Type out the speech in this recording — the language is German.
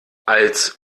als